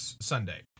sunday